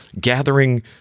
gathering